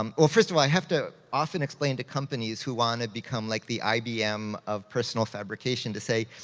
um well, first of all, i have to often explain to companies who wanna become like the ibm of personal fabrication, to say,